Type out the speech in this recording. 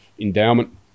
endowment